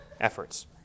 efforts